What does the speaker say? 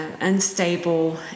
Unstable